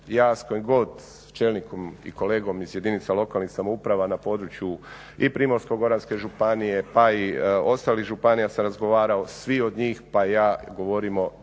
Ja s kojim god čelnikom i kolegom iz jedinica lokalnih samouprava na području i Primorsko-goranske županije pa i ostalih županija sam razgovarao, svi od njih pa i ja govorimo